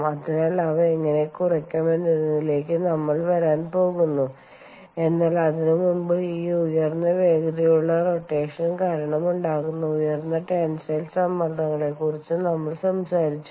അതിനാൽ അവ എങ്ങനെ കുറയ്ക്കാം എന്നതിലേക്ക് നമ്മൾ വരാൻ പോകുന്നു എന്നാൽ അതിനുമുമ്പ് ഈ ഉയർന്ന വേഗതയുള്ള റോറ്റേഷൻ കാരണം ഉണ്ടാകുന്ന ഉയർന്ന ടെൻസൈൽ സമ്മർദ്ദങ്ങളെക്കുറിച്ചും നമ്മൾ സംസാരിച്ചു